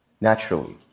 naturally